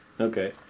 Okay